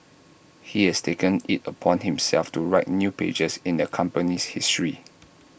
he has taken IT upon himself to write new pages in the company's history